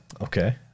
Okay